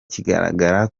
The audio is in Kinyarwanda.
kigaragara